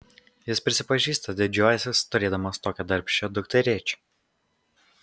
jis prisipažįsta didžiuojąsis turėdamas tokią darbščią dukterėčią